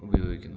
ഉപയോഗിക്കുന്നു